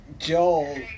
Joel